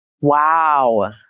wow